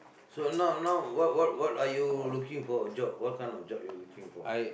so now now what what what are you looking for a job what kind of job are you looking for